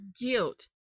guilt